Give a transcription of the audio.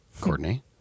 Courtney